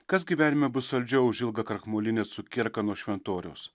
kas gyvenime bus saldžiau už ilgą krakmolinę cukierką nuo šventoriaus